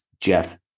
Jeff